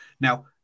Now